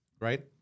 right